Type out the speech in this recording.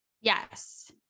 Yes